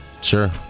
Sure